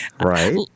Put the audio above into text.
Right